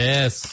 Yes